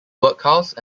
workhouse